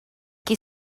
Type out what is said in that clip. qui